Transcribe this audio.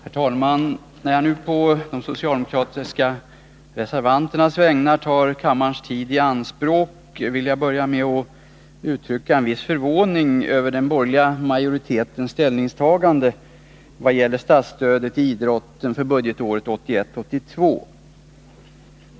Herr talman! När jag nu på de socialdemokratiska reservanternas vägnar tar kammarens tid i anspråk vill jag börja med att uttrycka en viss förvåning över den borgerliga majoritetens ställningstagande vad gäller statsstödet till idrotten budgetåret 1981/82.